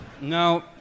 No